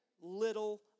little